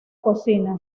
cocina